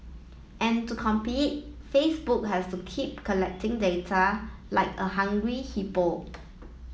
and to compete Facebook has to keep collecting data like a hungry hippo